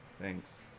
Thanks